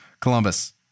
Columbus